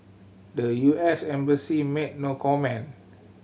the U S embassy made no comment